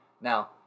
Now